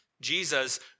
Jesus